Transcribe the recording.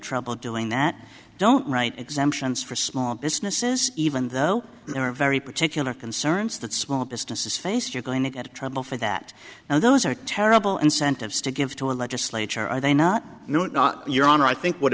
trouble doing that don't write exemptions small for businesses even though there are very particular concerns that small businesses face you're going to get a trouble for that and those are terrible incentives to give to a legislature are they not new and not your honor i think what